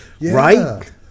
Right